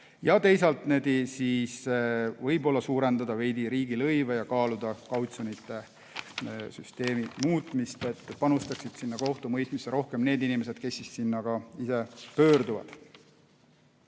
ja teisalt võib-olla suurendada veidi riigilõive ja kaaluda kautsjonite süsteemi muutmist. Siis panustaksid kohtumõistmisse rohkem need inimesed, kes sinna ka ise pöörduvad.